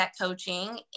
coaching